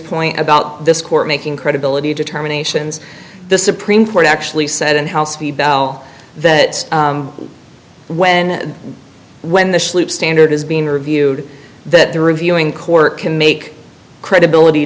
point about this court making credibility determinations the supreme court actually said in house bell that when when the standard is being reviewed that the reviewing court can make credibility